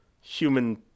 human